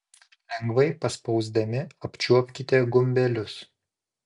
lengvai paspausdami apčiuopkite gumbelius